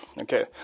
okay